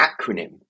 acronym